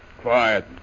Quiet